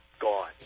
gone